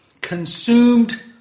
consumed